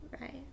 Right